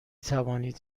توانید